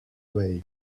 way